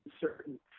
certain